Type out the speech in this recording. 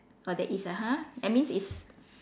oh there is !huh! that means it's